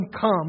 come